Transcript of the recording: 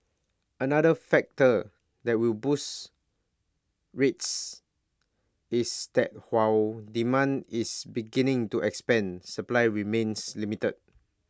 another factor that will boost rents is that while demand is beginning to expand supply remains limited